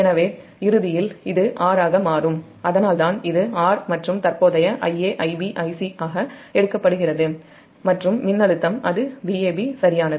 எனவே இறுதியில் இது R ஆக மாறும் அதனால்தான் இது R மற்றும் IaIbIc ஆக எடுக்கப்படுகிறது மற்றும் மின்னழுத்தம் Vab சரியானது